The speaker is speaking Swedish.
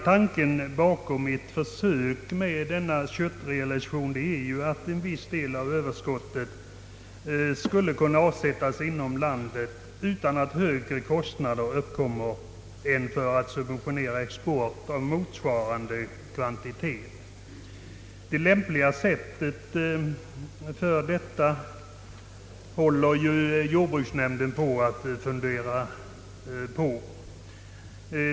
Tanken bakom detta försök med en köttrealisation är att en viss del av överskottet skulle kunna avsättas inom landet utan att högre kostnader skulle behöva uppkomma än för att subventionera en export av motsvarande kvantitet. Det lämpligaste sättet för detta håller jordbruksnämnden på att fundera ut.